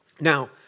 Now